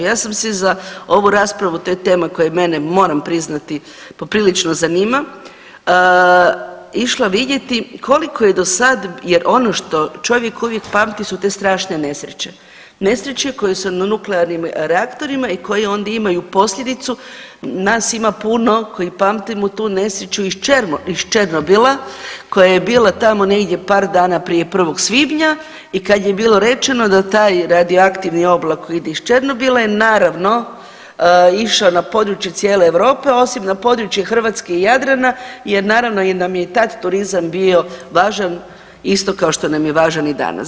Ja sam se za ovu raspravu, to je tema koja mene moram priznati poprilično zanima, išla vidjeti koliko je do sad, jer ono što čovjek uvijek pameti su te strašne nesreće, nesreće koje se na nuklearnim rektorima i koje onda imaju posljedicu, nas ima puno koji pamtimo tu nesreću iz Černobila, koja je bila tamo negdje par dana prije 1. svibnja i kad je bilo rečeno da taj radioaktivni oblak ide iz Černobila i naravno išao na područje cijele Europe, osim na područje Hrvatske i Jadrana, jer naravno nam je turizam i tad bio važan isto kao što nam je važan i danas.